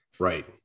right